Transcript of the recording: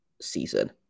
season